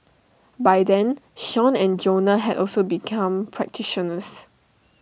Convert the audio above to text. by then Sean and Jonah had also become practitioners